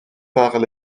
par